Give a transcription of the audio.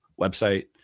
website